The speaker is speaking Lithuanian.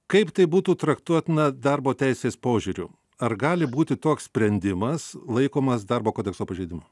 kaip tai būtų traktuotina darbo teisės požiūriu ar gali būti toks sprendimas laikomas darbo kodekso pažeidimu